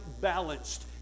balanced